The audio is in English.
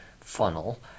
funnel